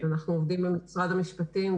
אנחנו עובדים במשרד המשפטים.